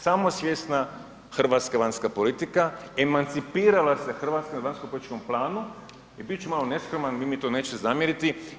Samosvjesna hrvatska vanjska politika, emancipirala se Hrvatska na vanjskopolitičkom planu i bit ću malo neskroman, vi mi to nećete zamjeriti.